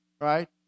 right